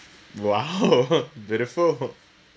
!wow! beautiful